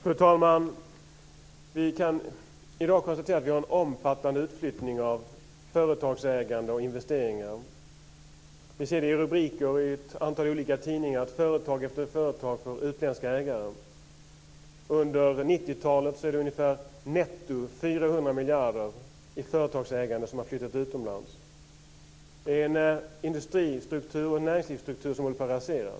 Fru talman! Vi kan i dag konstatera att vi har en omfattande utflyttning av företagsägande och investeringar. Vi ser i rubriker i ett antal olika tidningar att företag efter företag får utländska ägare. Under 90 talet är det ungefär 400 miljarder kronor netto i företagsägande som har flyttat utomlands. Det är en industri och näringslivsstruktur som håller på att raseras.